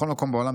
בכל מקום בעולם,